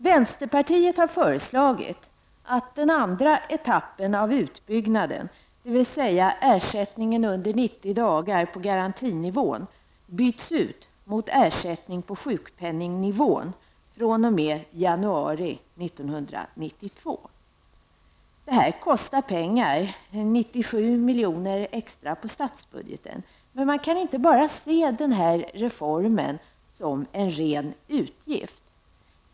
Vänsterpartiet har föreslagit att den andra etappen av utbyggnaden, dvs. ersättningen under 90 dagar på garantinivå, byts ut mot ersättning på sjukpenningnivå fr.o.m. januari 1992. Det kostar pengar -- 97 miljoner extra på statsbudgeten -- men man kan inte bara se reformen som en ren utgift.